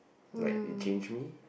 like it change me